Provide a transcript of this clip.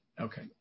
Okay